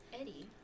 Eddie